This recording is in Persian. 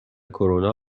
کرونا